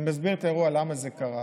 אני מסביר את האירוע, למה זה קרה.